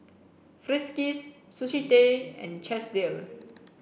Friskies Sushi Tei and Chesdale